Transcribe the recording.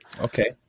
Okay